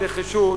בנחישות,